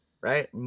Right